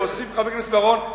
והוסיף חבר הכנסת בר-און,